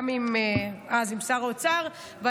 גם עם שר האוצר אז,